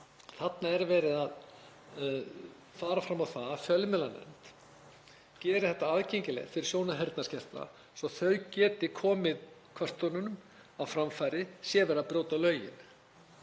Þarna er verið að fara fram á það að fjölmiðlanefnd geri þetta aðgengilegra fyrir sjón- og heyrnarskerta svo að þau geti komið kvörtunum á framfæri sé verið að brjóta lögin.